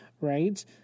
right